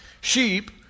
sheep